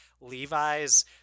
Levi's